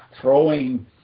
throwing